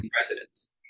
presidents